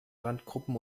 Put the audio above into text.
randgruppen